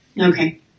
Okay